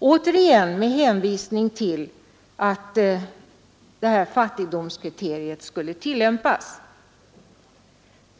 även då med hänvisning till att ett fattigdomskriterium skulle tillämpas.